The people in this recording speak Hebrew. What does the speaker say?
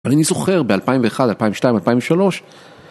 ואני זוכר ב-2001, 2002, 2003.